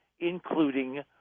including